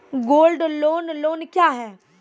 Gold loan loan क्या हैं?